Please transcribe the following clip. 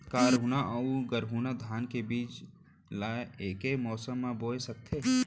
का हरहुना अऊ गरहुना धान के बीज ला ऐके मौसम मा बोए सकथन?